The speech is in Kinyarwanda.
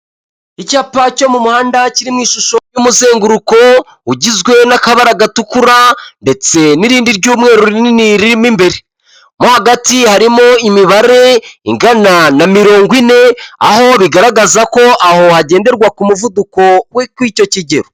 Icyapa cyo mu muhanda kiri mu ishusho y'umuzenguruko ugizwe n'akabara gatukura ndetse n'irindi ry'umweru rinini ririmo imbere, mo hagati harimo imibare ingana na mirongo ine aho bigaragaza ko aho hagenderwa ku muvuduko wo kwicyo kigero.